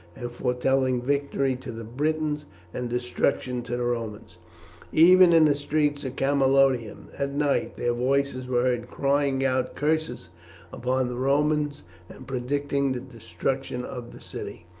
and foretelling victory to the britons and destruction to the romans even in the streets of camalodunum at night their voices were heard crying out curses upon the romans and predicting the destruction of the city.